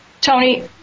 Tony